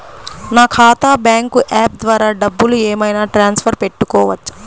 నా ఖాతా bank app ద్వారా డబ్బులు ఏమైనా ట్రాన్స్ఫర్ పెట్టుకోవచ్చా?